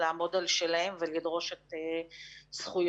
לעמוד על שלהם ולדרוש את זכויותיהם.